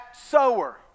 sower